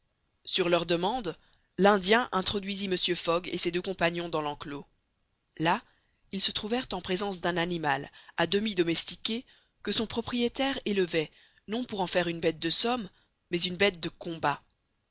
sur leur demande l'indien introduisit mr fogg et ses deux compagnons dans l'enclos là ils se trouvèrent en présence d'un animal à demi domestiqué que son propriétaire élevait non pour en faire une bête de somme mais une bête de combat